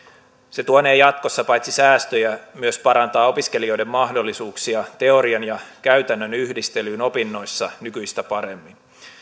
se paitsi tuonee jatkossa säästöjä myös parantaa opiskelijoiden mahdollisuuksia teorian ja käytännön yhdistelyyn opinnoissa nykyistä paremmin